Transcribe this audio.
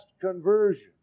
conversion